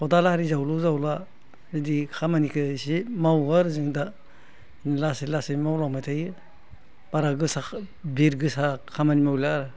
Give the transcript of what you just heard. खदाल आरि जावलु जावला बिदि खामानिखौ एसे मावो आरो जों दा लासै लासै मावलांबाय थायो बारा गोसाखौ बिर गोसा खामानि मावला